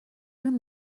این